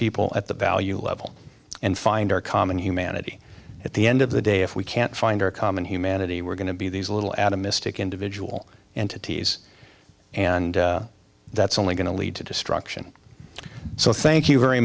people at the value level and find our common humanity at the end of the day if we can't find our common humanity we're going to be these little atomistic individual entities and that's only going to lead to destruction so thank you very